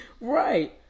Right